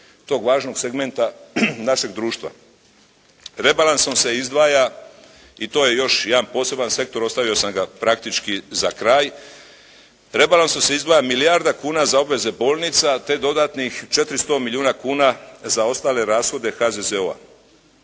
tog važnog segmenta našeg društva. Rebalansom se izdvaja i to je još jedan poseban sektor ostavio sam ga praktički za kraj. Rebalansom se izdvaja milijarda kuna za obveze bolnica, te dodatnih 400 milijuna kuna za ostale rashode HZZO-a.